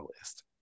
list